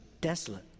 desolate